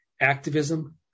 activism